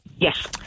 Yes